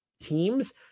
teams